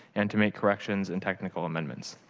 and to make corrections and technical amendments.